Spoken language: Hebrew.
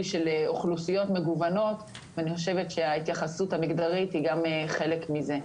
של אוכלוסיות מגוונות ואני חושבת שההתייחסות המגזרית היא גם חלק מזה.